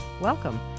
Welcome